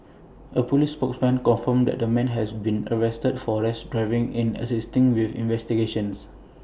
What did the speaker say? A Police spokesman confirmed that A man has been arrested for rash driving in assisting with investigations